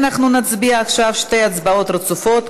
אנחנו נצביע עכשיו שתי הצבעות רצופות,